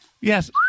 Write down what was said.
yes